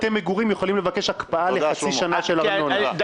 בתי מגורים יכולים לבקש הקפאה של ארנונה לחצי שנה.